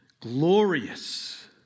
glorious